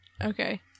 okay